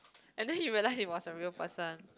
and then you realize it was a real person